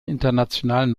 internationalen